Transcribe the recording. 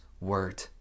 word